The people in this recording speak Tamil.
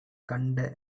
கண்ட